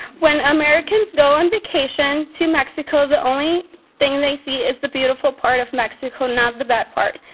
when americans go on vacation to mexico, the only thing they see is the beautiful part of mexico, not the bad part.